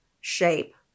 shape